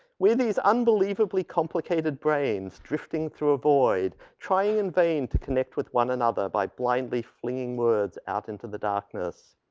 we're these unbelievably complicated brains drifting through a void trying in vain to connect with one another by blindly flinging words out into the darkness.